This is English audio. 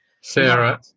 Sarah